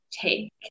take